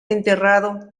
enterrado